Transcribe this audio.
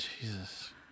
Jesus